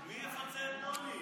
מי יפצה את נוני?